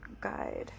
guide